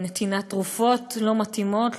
נתינת תרופות לא מתאימות,